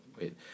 wait